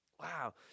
Wow